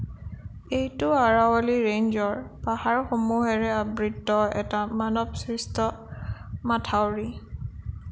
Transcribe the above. এইটো আৰাৱলী ৰেঞ্জৰ পাহাৰসমূহেৰে আবৃত এটা মানৱ সৃষ্ট মথাউৰি